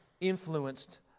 influenced